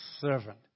servant